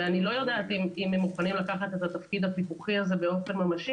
ואני לא יודעת אם הם מוכנים לקחת את התפקיד הפיקוחי הזה באופן ממשי,